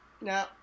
No